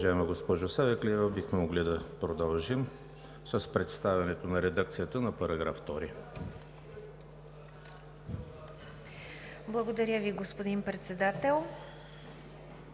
Благодаря, господин Председател.